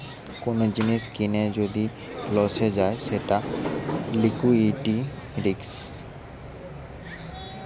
কোন জিনিস কিনে যদি লসে যায় সেটা লিকুইডিটি রিস্ক